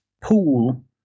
pool